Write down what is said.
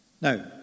Now